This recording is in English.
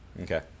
Okay